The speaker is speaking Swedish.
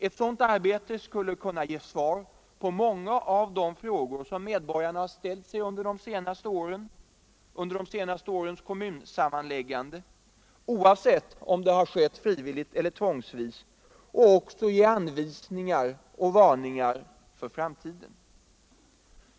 Ett sådant arbete skulle kunna ge svar på många av de frågor som medborgarna har ställt sig under de senaste årens kommunsammanläggande — oavsett om det har skett frivilligt eller tvångsvis — och också ge anvisningar och varningar för framtiden.